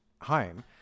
home